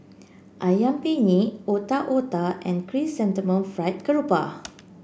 ayam penyet Otak Otak and Chrysanthemum Fried Grouper